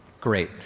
Great